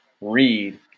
read